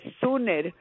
sooner